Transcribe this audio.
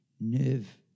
nerve